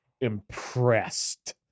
impressed